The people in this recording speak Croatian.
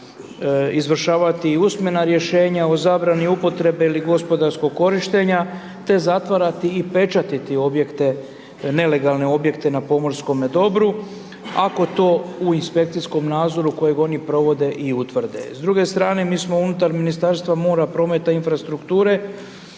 izvršavati i usmena rješenja o zabrani upotrebe ili gospodarskog korištenja te zatvarati i pečatiti objekte, nelegalne objekte na pomorskom dobru ako to u inspekcijskom nadzoru kojeg oni provode i utvrde. S druge strane, mi smo unutar Ministarstva mora, prometa i infrastrukture